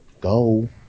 Go